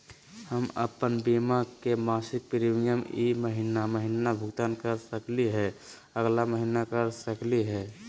हम अप्पन बीमा के मासिक प्रीमियम ई महीना महिना भुगतान कर सकली हे, अगला महीना कर सकली हई?